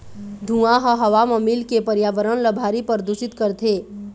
धुंआ ह हवा म मिलके परयाबरन ल भारी परदूसित करथे